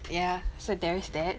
ya so there's that